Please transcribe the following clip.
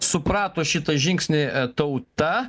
suprato šitą žingsnį tauta